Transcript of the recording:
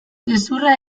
gezurra